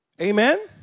Amen